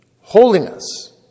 holiness